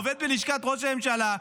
עובד בלשכת ראש הממשלה,